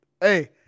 Hey